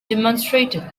demonstrated